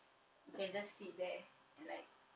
you can just sit there and like